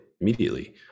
immediately